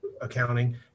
accounting